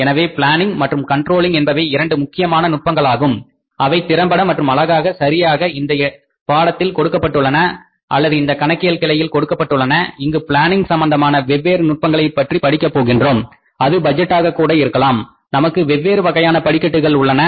எனவே பிளானிங் மற்றும் கண்ட்ரோலிங் என்பவை இரண்டு முக்கியமான நுட்பங்களாகும் அவை திறம்பட மற்றும் அழகாக சரியாக இந்த பாடத்தில் கொடுக்கப்பட்டுள்ளன அல்லது இந்த கணக்கியல் கிளையில் கொடுக்கப்பட்டுள்ளன இங்கு பிளானிங் சம்பந்தமான வெவ்வேறு நுட்பங்களைப் பற்றி படிக்கப் போகிறோம் அது பட்ஜெட்டாக கூட இருக்கலாம் நமக்கு வெவ்வேறு வகையான படிக்கட்டுகள் உள்ளன